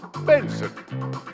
Benson